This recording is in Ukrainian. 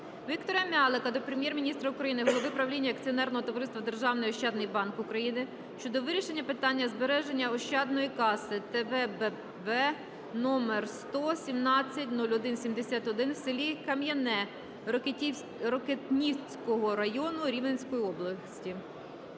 Віктора М'ялика до Прем'єр-міністра України, голови правління акціонерного товариства Державний ощадний банк України щодо вирішення питання збереження ощадної каси ТВБВ №10017/0171 в селі Кам'яне Рокитнівського району Рівненської області.